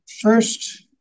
first